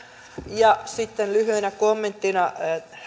ja sitten lyhyenä kommenttina